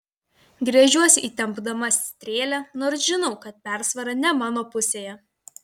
gręžiuosi įtempdama strėlę nors žinau kad persvara ne mano pusėje